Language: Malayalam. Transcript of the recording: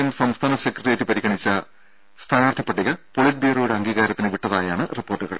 എം സംസ്ഥാന സെക്രട്ടറിയേറ്റ് പരിഗണിച്ച സ്ഥാനാർത്ഥി പട്ടിക പോളിറ്റ്ബ്യൂറോയുടെ അംഗീകാരത്തിന് വിട്ടതായാണ് റിപ്പോർട്ടുകൾ